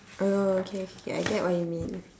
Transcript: oh okay okay I get what you mean